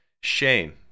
Shane